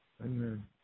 Amen